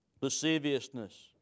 lasciviousness